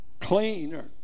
cleaner